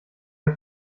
der